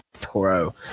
Toro